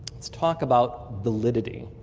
talk about validity.